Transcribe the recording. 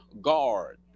guard